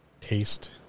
taste